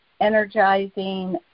energizing